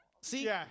See